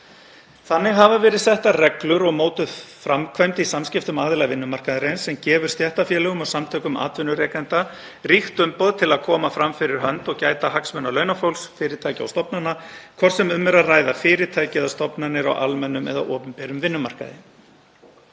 Þannig hafa verið settar reglur og mótuð framkvæmd í samskiptum aðila vinnumarkaðarins sem gefur stéttarfélögum og samtökum atvinnurekenda ríkt umboð til að koma fram fyrir hönd og gæta hagsmuna launafólks, fyrirtækja og stofnana, hvort sem um er að ræða fyrirtæki eða stofnanir á almennum eða opinberum vinnumarkaði.